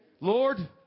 Lord